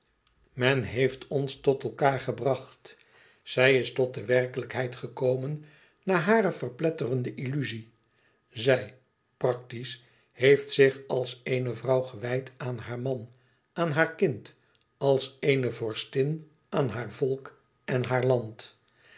men heeft ons tot elkaâr gebracht zij is tot de werkelijkheid gekomen na hare verpletterde illuzie zij praktisch heeft zich als eene vrouw gewijd aan haar man aan haar kind als eene vorstin aan haar volk en haar land